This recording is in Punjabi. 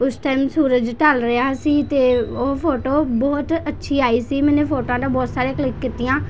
ਉਸ ਟਾਇਮ ਸੂਰਜ ਢਲ ਰਿਹਾ ਸੀ ਅਤੇ ਉਹ ਫੋਟੋ ਬਹੁਤ ਅੱਛੀ ਆਈ ਸੀ ਮੈਨੇ ਫੋਟੋਆਂ ਤਾਂ ਬਹੁਤ ਸਾਰੀਆਂ ਕਲਿੱਕ ਕੀਤੀਆਂ